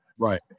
Right